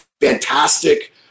fantastic